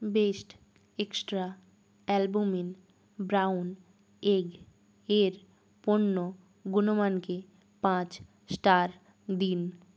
best extra albumin brown egg এর পণ্য গুণমানকে পাঁচ স্টার দিন